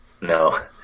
No